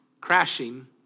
crashing